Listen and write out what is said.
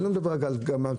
ואני כבר לא מדבר על פקקים,